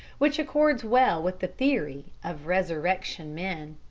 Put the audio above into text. which accords well with the theory of resurrection men.